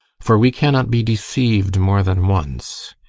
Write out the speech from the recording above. for we cannot be deceived more than once.